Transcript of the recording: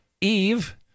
Eve